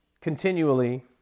continually